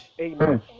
Amen